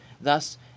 thus